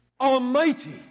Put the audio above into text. Almighty